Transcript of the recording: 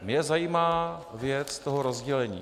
Mě zajímá věc toho rozdělení.